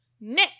Nick